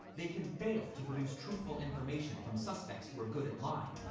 they can fail to produce truthful information from suspects who are good at lying,